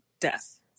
death